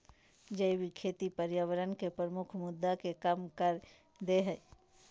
जैविक खेती पर्यावरण के प्रमुख मुद्दा के कम कर देय हइ